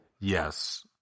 Yes